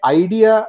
idea